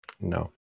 no